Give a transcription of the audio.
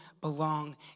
belong